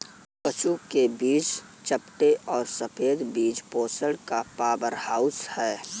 कद्दू के बीज चपटे और सफेद बीज पोषण का पावरहाउस हैं